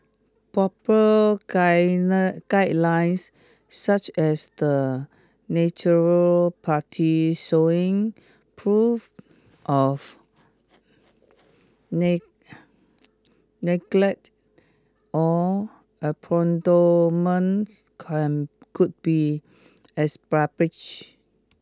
proper guidelines such as the natural party showing proof of neglect or can could be established